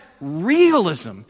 realism